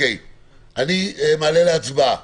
אני מעלה להצבעה